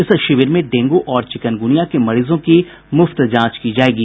इस शिविर में डेंगू और चिकनगुनिया के मरीजों की मुफ्त जांच की जायेगी